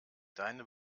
deine